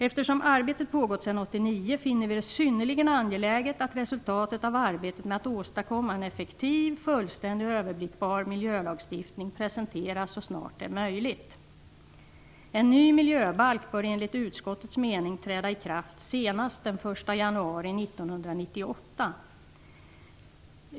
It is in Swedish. Eftersom arbetet har pågått sedan 1989 finner vi det synnerligen angeläget att resultatet av arbetet med att åstadkomma en effektiv, fullständig och överblickbar miljölagstiftning presenteras så snart det är möjligt. En ny miljöbalk bör enligt utskottets mening träda i kraft senast den 1 januari 1998.